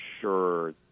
sure